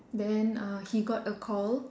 then uh he got a call